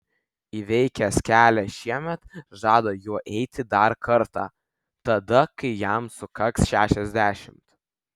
įveikęs kelią šiemet žada juo eiti dar kartą tada kai jam sukaks šešiasdešimt